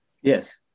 Yes